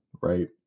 right